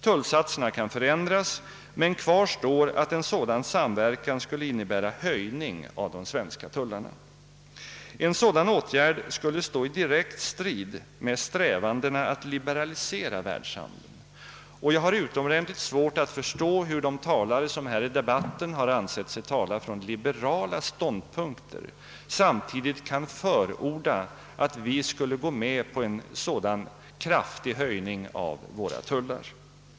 Tullsatserna kan förändras, men kvar står att en sådan samverkan skulle innebära höjning av de svenska tullarna — en åtgärd direkt i strid mot strävandena att liberalisera världshandeln. Och jag har utomordentligt svårt att förstå hur de talare, som här i debatten ansett sig tala från liberala utgångspunkter, samtidigt kan förorda att vi skulle gå med på en sådan kraftig höjning av våra tullar.